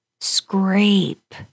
Scrape